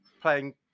playing